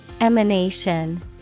Emanation